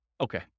Okay